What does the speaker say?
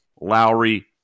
Lowry